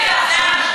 שנייה.